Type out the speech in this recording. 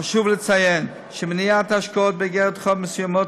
חשוב לציין שמניעת השקעות באיגרות חוב מסוימות